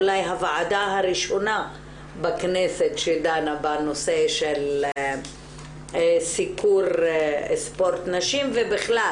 אולי הוועדה הראשונה בכנסת שדנה בנושא של סיקור ספורט נשים ובכלל,